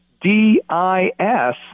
D-I-S